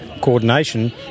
coordination